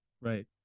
right